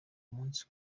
munsi